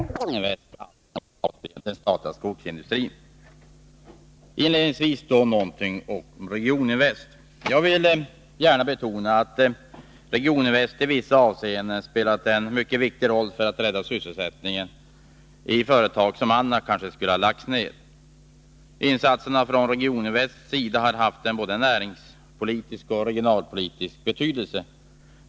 Herr talman! Rekonstruktionen av Statsföretagsgruppen omfattar många olika delar, vilket flera talare tidigare har nämnt. Jag för min del skall ta upp de förslag som berör Regioninvest, ASSI och den statliga skogsindustrin. Inledningvis något om Regioninvest. Jag vill gärna betona att Regioninvest i vissa avseenden har spelat en mycket viktig roll när det gäller att rädda sysselsättningen i företag som annars kanske skulle ha lagts ned. Insatserna från Regioninvests sida har haft både näringspolitisk och regionalpolitisk betydelse.